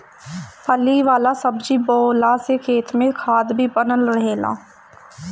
फली वाला सब्जी बोअला से खेत में खाद भी बनल रहेला